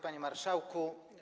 Panie Marszałku!